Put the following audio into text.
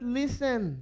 listen